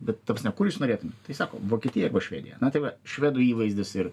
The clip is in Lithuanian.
bet ta prasme kur jūs norėtum tai sako vokietija švedija na tai va švedų įvaizdis ir